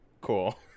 cool